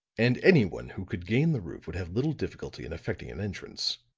and anyone who could gain the roof would have little difficulty in effecting an entrance.